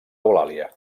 eulàlia